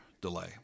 delay